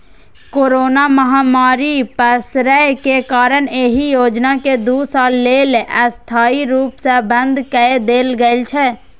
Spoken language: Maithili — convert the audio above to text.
कोरोना महामारी पसरै के कारण एहि योजना कें दू साल लेल अस्थायी रूप सं बंद कए देल गेल छै